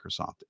Microsoft